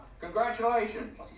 Congratulations